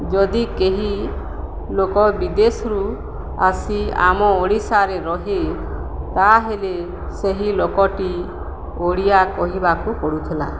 ଯଦି କେହି ଲୋକ ବିଦେଶରୁ ଆସି ଆମ ଓଡ଼ିଶାରେ ରୁହେ ତାହେଲେ ସେହି ଲୋକଟି ଓଡ଼ିଆ କହିବାକୁ ପଡ଼ୁଥିଲା